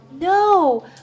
No